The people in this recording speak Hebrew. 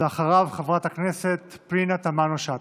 ואחריו, חברת הכנסת פנינה תמנו שטה.